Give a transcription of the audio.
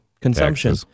consumption